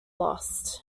lost